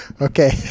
Okay